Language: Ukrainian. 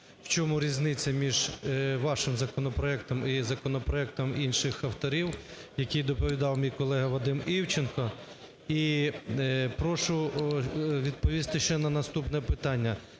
в чому різниця між вашим законопроектом і законопроектом інших авторів, який доповідав мій колега Вадим Івченко? І прошу відповісти ще на наступне питання.